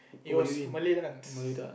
it was Malay dance